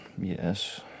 Yes